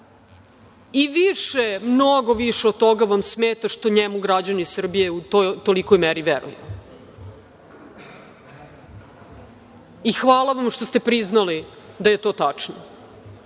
i više, mnogo više od toga vam smeta što njemu građani Srbije u tolikoj meri veruje. Hvala vam što ste priznali da je to tačno.